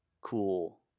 cool